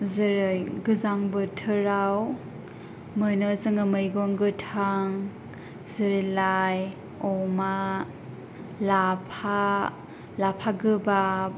जेरै गोजां बोथोराव मोनो जोङो मैगं गोथां जेरै लाइ अमा लाफा लाफा गोबाब